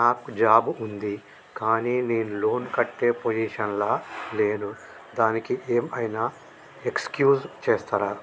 నాకు జాబ్ ఉంది కానీ నేను లోన్ కట్టే పొజిషన్ లా లేను దానికి ఏం ఐనా ఎక్స్క్యూజ్ చేస్తరా?